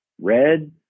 red